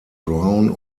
brown